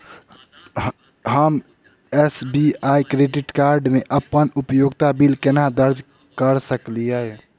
हम SBI credit card मे अप्पन उपयोगिता बिल केना दर्ज करऽ सकलिये?